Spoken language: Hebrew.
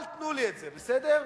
אל תיתנו לי את זה, בסדר?